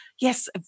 yes